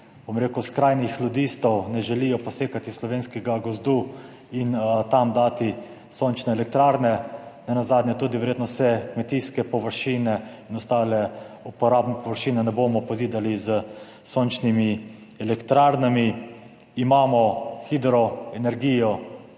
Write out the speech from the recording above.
bom rekel, skrajnih ludistov ne želijo posekati slovenskega gozdu in tam dati sončne elektrarne. Nenazadnje tudi verjetno vseh kmetijskih površin in ostalih uporabnih površin ne bomo pozidali s sončnimi elektrarnami. Imamo hidroenergijo,